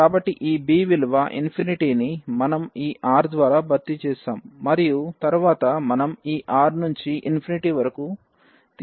కాబట్టి ఈ b విలువ ని మనం ఈ R ద్వారా భర్తీ చేశాం మరియు తరువాత మనం ఈ R నుంచి ∞ వరకు తీసుకుంటున్నాం